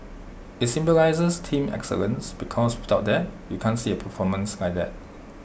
IT symbolises team excellence because without that you can't see A performance like that